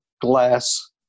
glass